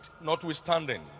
notwithstanding